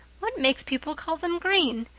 what makes people call them green?